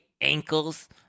ankles